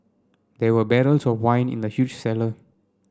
there were barrels of wine in the huge cellar